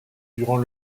durant